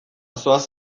zoaz